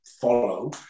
follow